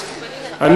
אם העם יסכים.